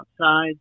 outside